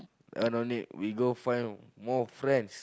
uh don't need we go find more friends